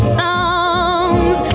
songs